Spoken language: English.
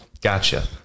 gotcha